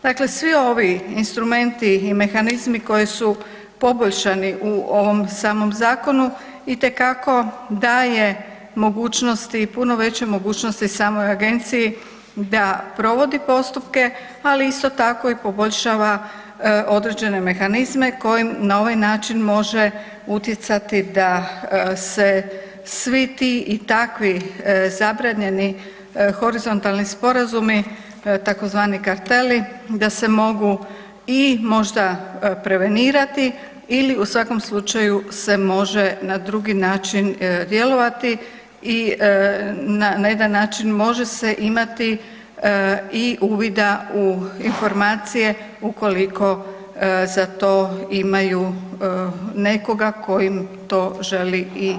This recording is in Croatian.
Dakle, svi ovi instrumenti i mehanizmi koji su poboljšani u ovom samom zakonu itekako daje mogućnosti i puno veće mogućnosti samoj agenciji da provodi postupke, ali sito tako i poboljšava određene mehanizme kojim na ovaj način može utjecati da se svi ti i takvi zabranjeni horizontalni sporazumi tzv. karteli da se mogu i možda prevenirati ili u svakom slučaju se može na drugi način djelovati i na jedan način može se imati i uvida u informacije ukoliko za to imaju nekoga tko im to želi i reći.